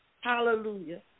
Hallelujah